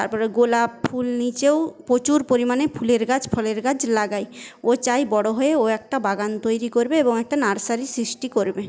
তারপরে গোলাপফুল নিচেও প্রচুর পরিমাণে ফুলের গাছ ফলের গাছ লাগাই ও চায় বড়ো হয়ে ও একটা বাগান তৈরি করবে এবং একটা নার্সারির সৃষ্টি করবে